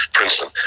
Princeton